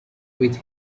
with